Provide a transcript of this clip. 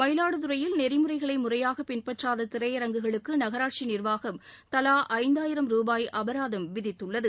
மயிலாடுதுறையில் நெறிமுறைகளை முறையாக பின்பற்றாத திரையரங்குகளுக்கு நகராட்சி நிர்வாகம் தலா ஐந்தாயிரம் ரூபாய் அபராதம் விதித்துள்ளது